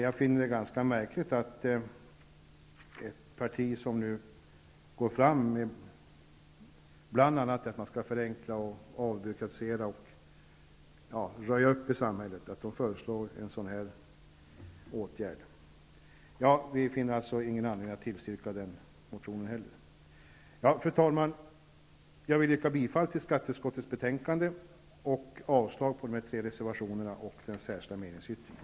Jag finner det ganska märkligt att ett parti som går fram med bl.a. att man skall förenkla, avbyråkratisera och röja upp i samhället föreslår en sådan här åtgärd. Vi finner alltså ingen anledning att tillstyrka den motionen. Fru talman! Jag vill yrka bifall till hemställan i skatteutskottets betänkande och avslag på de tre reservationerna och den särskilda meningsyttringen.